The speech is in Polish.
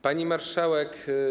Pani Marszałek!